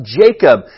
Jacob